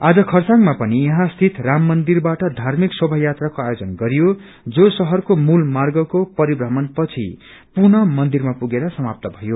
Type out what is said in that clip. आज खरसाङमा पनि यहाँ स्थित राम मन्दिरबाट धार्मिक शोभा यात्राको आयोजन गरियो जो शहरको मूल र्मागको परिश्रमण पछि पुनः मन्दिरमा पुगेर समाप्त भयो